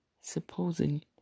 supposing